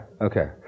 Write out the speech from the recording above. Okay